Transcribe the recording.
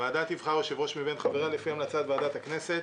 הוועדה תבחר יושב-ראש מבין חבריה לפי המלצת ועדת הכנסת.